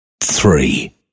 three